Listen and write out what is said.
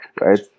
right